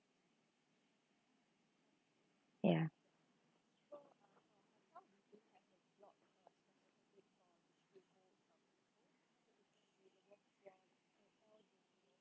ya